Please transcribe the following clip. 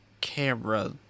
camera